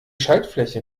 schaltfläche